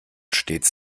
stets